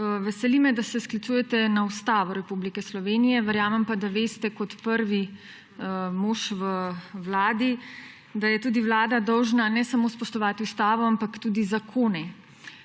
Veseli me, da se sklicujete na Ustavo Republike Slovenije, verjamem pa, da veste kot prvi mož v vladi, da je tudi vlada dolžna ne samo spoštovati ustavo, ampak tudi zakone.